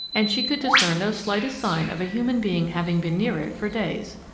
and she could discern no slightest sign of a human being having been near it for days.